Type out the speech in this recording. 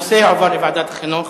הנושא יועבר לוועדת חינוך.